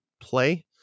play